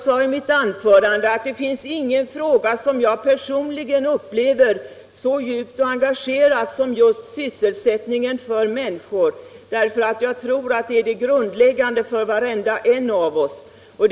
I mitt anförande sade jag att det finns ingen fråga som jag personligen upplever så djupt och engagerat som just sysselsättningen för människor, eftersom jag tror att sysselsättningen är det grundläggande för oss alla.